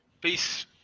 peace